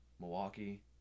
Milwaukee